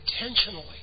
intentionally